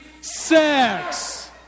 sex